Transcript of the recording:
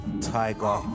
Tiger